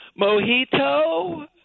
mojito